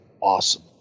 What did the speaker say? awesome